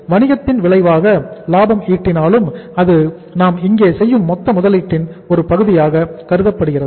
வணிகத்தின் விளைவாக லாபம் ஈட்டினாலும் அது நாம் இங்கே செய்யும் மொத்த முதலீட்டின் ஒரு பகுதியாக கருதப்படுகிறது